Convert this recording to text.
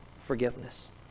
forgiveness